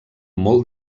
molt